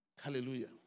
Hallelujah